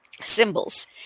symbols